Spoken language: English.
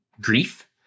grief